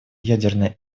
ядерной